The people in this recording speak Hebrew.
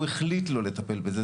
הוא החליט לא לטפל בזה.